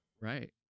Right